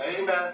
Amen